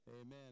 Amen